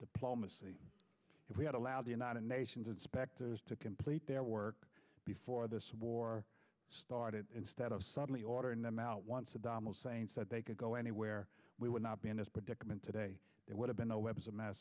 diplomacy if we had allowed the united nations inspectors to complete their work before this war started instead of suddenly ordering them out once saddam hussein said they could go anywhere we would not be in this predicament today there would have been no weapons of mass